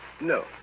No